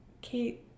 Kate